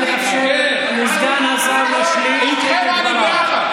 נא לאפשר לסגן השר להשלים את דבריו.